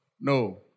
No